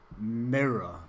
mirror